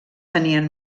tenien